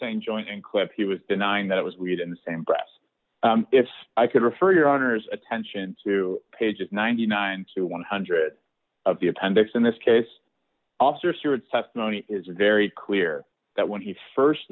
saying joining clip he was denying that it was read in the same press if i could refer your honor's attention to pages ninety nine to one hundred of the appendix in this case officers here it's testimony is very clear that when he